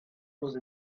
those